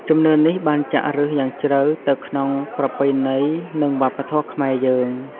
ជំនឿនេះបានចាក់ឫសយ៉ាងជ្រៅទៅក្នុងប្រពៃណី និងវប្បធម៌ខ្មែរយើង។